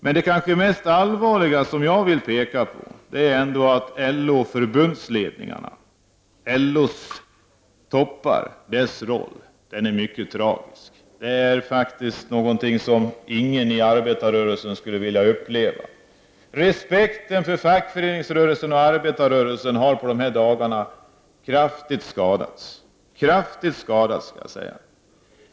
Men det kanske mest allvarliga som jag vill peka på är ändå att den roll som spelas av LO-förbundsledningarna och LO:s toppar är mycket tragisk. Det är faktiskt någonting som ingen i arbetarrörelsen skulle vilja uppleva. Respekten för fackföreningsrörelsen och arbetarrörelsen har under de här dagarna kraftigt skadats.